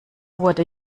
wurde